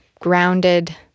grounded